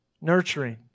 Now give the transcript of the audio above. nurturing